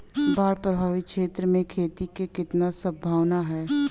बाढ़ प्रभावित क्षेत्र में खेती क कितना सम्भावना हैं?